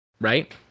Right